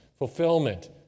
fulfillment